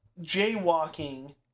jaywalking